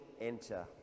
enter